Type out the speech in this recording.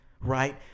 Right